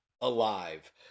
alive